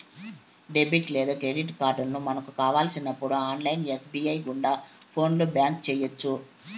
debit లేదా credit కార్డులను మనకు కావలసినప్పుడు ఆన్లైన్ ఎస్.బి.ఐ గుండా ఫోన్లో బ్లాక్ చేయొచ్చు